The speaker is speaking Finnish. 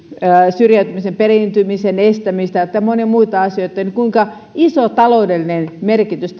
syrjäytymisen periytymisen estämistä tai monia muita asioita niin kuinka iso taloudellinen merkitys